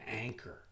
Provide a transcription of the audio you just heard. anchor